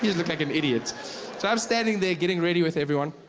look like an idiot. so i am standing there, getting ready with everyone.